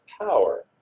power